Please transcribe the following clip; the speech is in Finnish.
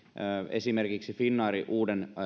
esimerkiksi finnairin uuden